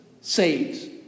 saves